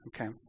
Okay